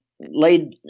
laid